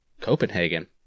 Copenhagen